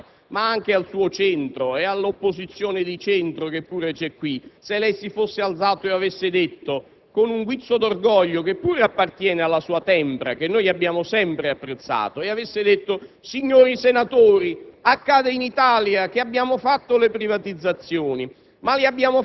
(non solo guardo lì, verso i banchi di Rifondazione, alla sua sinistra radicale, ma anche al suo centro e all'opposizione di centro, che pure c'è qui) e avesse detto, con un guizzo d'orgoglio che pure appartiene alla sua tempra, che noi abbiamo sempre apprezzato: «Signori senatori,